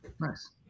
Nice